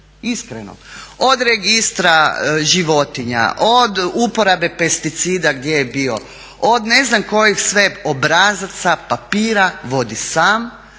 iskreno od registra životinja, od uporabe pesticida gdje je bio, od ne znam kojeg sve obrazaca, papira vodi sam.